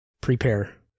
prepare